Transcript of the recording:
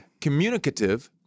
Communicative